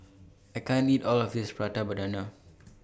I can't eat All of This Prata Banana